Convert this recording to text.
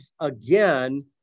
again